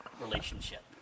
relationship